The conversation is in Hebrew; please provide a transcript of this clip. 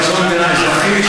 אבל זו מדינה אזרחית,